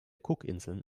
cookinseln